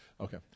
Okay